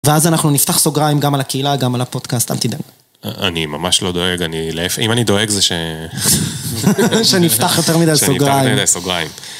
ואז אנחנו נפתח סוגריים גם על הקהילה, גם על הפודקאסט, אל תדאג. אני ממש לא דואג, אם אני דואג זה שנפתח יותר מדי סוגריים.